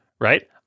right